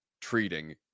treating